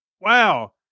wow